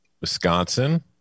Wisconsin